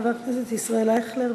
חבר הכנסת ישראל אייכלר.